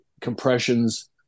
compressions